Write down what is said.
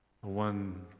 One